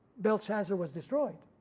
belshazzar was destroyed?